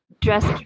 dress